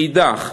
מאידך גיסא,